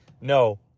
no